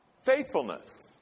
Faithfulness